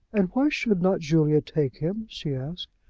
and why should not julia take him? she asked.